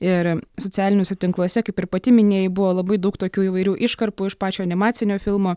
ir socialiniuose tinkluose kaip ir pati minėjai buvo labai daug tokių įvairių iškarpų iš pačio animacinio filmo